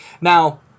Now